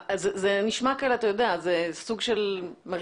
זה נשמע כסוג של מריחה.